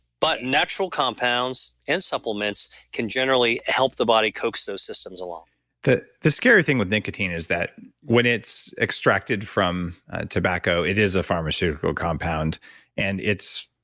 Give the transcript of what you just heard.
but natural compounds and supplements can generally help the body coax those systems along the the scary thing with nicotine is that when it's extracted from tobacco it is a pharmaceutical compound and it's.